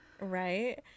right